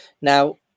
now